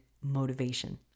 motivation